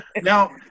Now